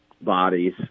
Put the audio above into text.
bodies